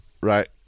right